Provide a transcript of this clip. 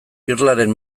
irlaren